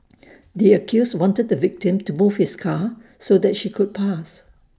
the accused wanted the victim to move his car so that she could pass